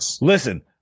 Listen